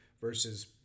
versus